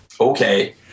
Okay